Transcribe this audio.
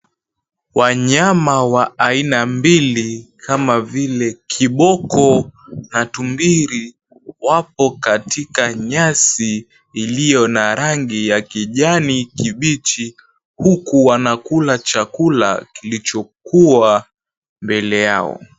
Wanyama wa aina mbili, kama vile kiboko na tumbi𝑙i, wapo katika nyasi iliyo na rangi ya kijani kibichi huku wanakula chakula kilichokuwa mbele yao.